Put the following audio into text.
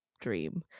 dream